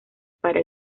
para